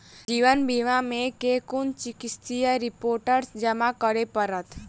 जीवन बीमा मे केँ कुन चिकित्सीय रिपोर्टस जमा करै पड़त?